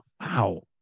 wow